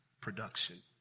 production